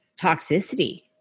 toxicity